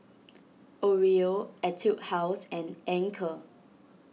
Oreo Etude House and Anchor